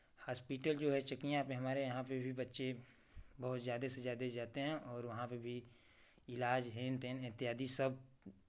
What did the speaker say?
hospital जो है चकियाँ में हमारे यहाँ पे भी बच्चे बहुत ज़्यादे से ज़्यादे जाते हैं और वहाँ पे भी इलाज हेन तेन इत्यादि सब